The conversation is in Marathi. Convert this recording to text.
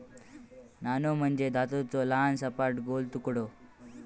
नाणो म्हणजे धातूचो लहान, सपाट, गोल तुकडो